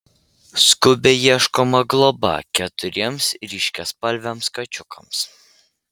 skubiai ieškoma globa keturiems ryškiaspalviams kačiukams